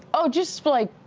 oh, just like,